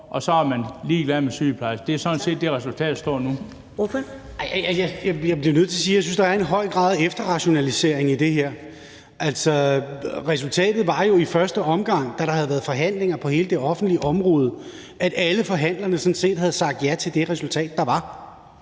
(Karen Ellemann): Ordføreren. Kl. 13:23 Henrik Møller (S): Jeg bliver nødt til at sige, at jeg synes, der er en høj grad af efterrationalisering i det her. Altså, resultatet var jo i første omgang, da der havde været forhandlinger på hele det offentlige område, at alle forhandlerne sådan set havde sagt ja til det resultat, der var.